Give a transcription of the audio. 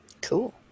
Cool